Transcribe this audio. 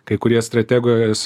kai kurie strategojes